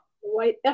white